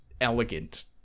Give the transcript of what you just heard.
elegant